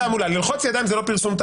ללחוץ ידיים זה לא פרסום או